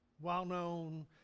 well-known